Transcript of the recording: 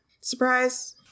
Surprise